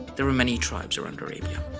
there were many tribes around arabia.